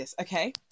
Okay